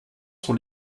sont